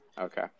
Okay